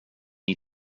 you